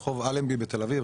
רחוב אלנבי בתל-אביב,